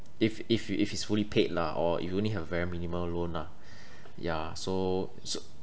if if if it's fully paid lah or you only have very minimal loan lah ya so so